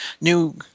new